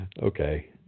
Okay